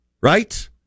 right